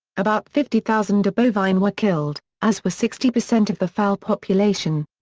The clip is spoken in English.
about fifty thousand bovine were killed, as were sixty percent of the fowl population.